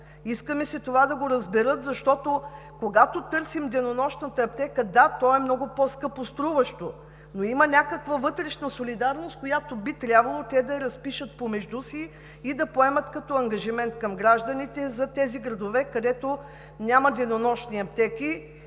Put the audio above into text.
Иска ми се това да го разберат, защото, когато търсим денонощната аптека – да, то е много по-скъпоструващо, но има някаква вътрешна солидарност, която би трябвало те да разпишат помежду си и да поемат като ангажимент към гражданите на тези градове, където няма денонощни аптеки.